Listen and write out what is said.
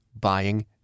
buying